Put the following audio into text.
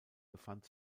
befand